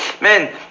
Man